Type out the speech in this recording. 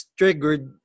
triggered